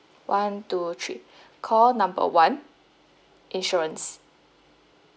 one two three call number one insurance